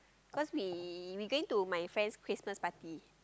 cause we we going to my friends Christmas party